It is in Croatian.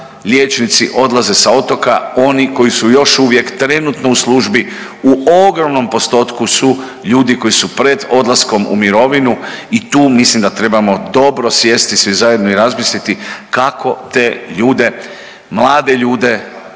liječnici odlaze sa otoka, oni koji su još uvijek trenutno u službi u ogromnom postotku su ljudi koji su pred odlaskom u mirovinu i tu mislim da trebamo dobro sjesti svi zajedno i razmisliti kako te ljude, mlade ljude